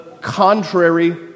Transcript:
contrary